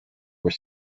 were